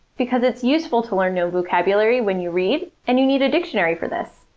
because it's useful to learn new vocabulary when you read, and you need a dictionary for this.